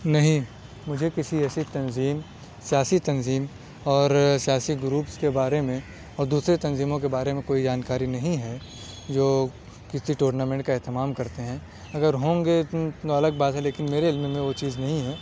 نہیں مجھے کسی ایسی تنظیم سیاسی تنظیم اور سیاسی گروپس کے بارے میں اور دوسرے تنظیموں کے بارے میں کوئی جانکاری نہیں ہے جو کسی ٹورنامنٹ کا اہتمام کرتے ہیں اگر ہوں گے الگ بات ہے لیکن میرے علم میں وہ چیز نہیں ہے